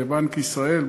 בבנק ישראל,